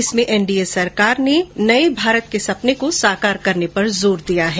इसमें एनडीए सरकार ने नए भारत के सपने को साकार करने पर जोर दिया है